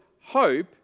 hope